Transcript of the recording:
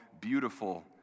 beautiful